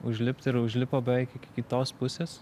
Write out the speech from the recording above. užlipt iri užlipo beveik iki kitos pusės